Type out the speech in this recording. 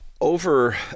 over